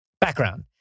Background